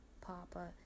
Papa